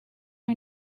our